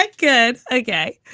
like good ah day,